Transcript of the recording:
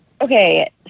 Okay